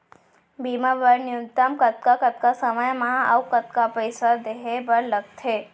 बीमा बर न्यूनतम कतका कतका समय मा अऊ कतका पइसा देहे बर लगथे